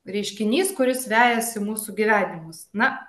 reiškinys kuris vejasi mūsų gyvenimus na